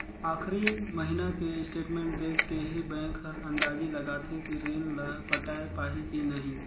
आखरी महिना के स्टेटमेंट देख के ही बैंक हर अंदाजी लगाथे कि रीन ल पटाय पाही की नही